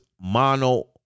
mono